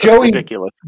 ridiculous